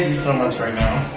so much right now.